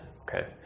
Okay